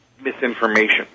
misinformation